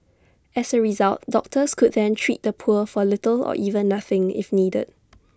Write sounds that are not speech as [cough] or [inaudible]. as A result doctors could then treat the poor for little or even nothing if needed [noise]